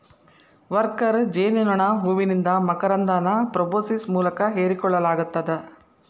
worker ಜೇನನೋಣ ಹೂವಿಂದ ಮಕರಂದನ ಪ್ರೋಬೋಸಿಸ್ ಮೂಲಕ ಹೇರಿಕೋಳ್ಳಲಾಗತ್ತದ